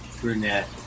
Brunette